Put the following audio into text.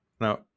Now